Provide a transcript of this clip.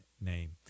name